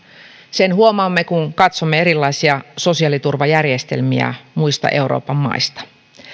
sen huomaamme kun katsomme erilaisia sosiaaliturvajärjestelmiä muissa euroopan maissa